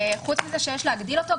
מלבד העובדה שיש להגדיל אותו,